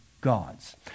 God's